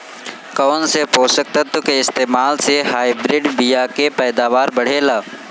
कौन से पोषक तत्व के इस्तेमाल से हाइब्रिड बीया के पैदावार बढ़ेला?